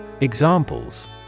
Examples